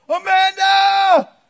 Amanda